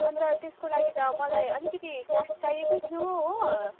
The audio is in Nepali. अन्त त्यसको लागि त मलाई अलिकति क्यास चाहिएकै थियो हो